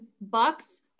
Bucks